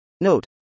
Note